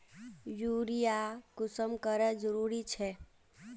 Urea कुंसम करे जरूरी छै?